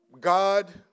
God